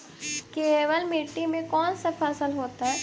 केवल मिट्टी में कौन से फसल होतै?